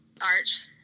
Arch